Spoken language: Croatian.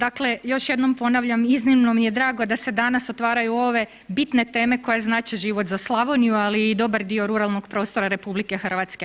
Dakle, još jednom ponavljam iznimno mi je drago da se danas otvaraju ove bitne teme koje znače život za Slavoniju, ali i dobar dio ruralnog prostora RH.